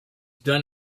done